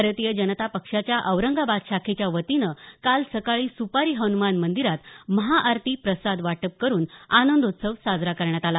भारतीय जनता पक्षाच्या औरंगाबाद शाखेच्या वतीनं काल सकाळी सुपारी हन्मान मंदिरात महाआरती प्रसाद वाटप करून आनंदोत्सव साजरा करण्यात आला